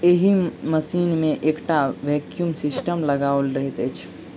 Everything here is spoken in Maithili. एहि मशीन मे एकटा वैक्यूम सिस्टम लगाओल रहैत छै